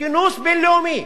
כינוס בין-לאומי